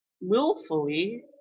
willfully